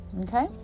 okay